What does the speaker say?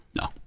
No